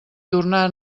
donar